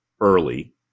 early